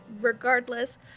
regardless